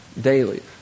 daily